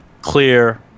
clear